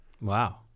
Wow